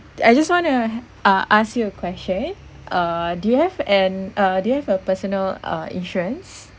I just want to uh ask you a question err do you have an uh do you have a personal uh insurance